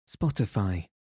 Spotify